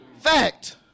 Fact